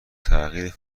تغییر